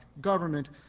government